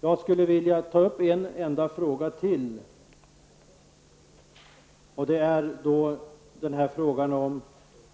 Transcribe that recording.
Jag skulle vilja ta upp en enda fråga till, nämligen frågan om